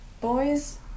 Boys